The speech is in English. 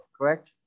correct